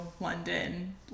London